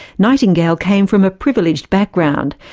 nightingale came from a privileged background.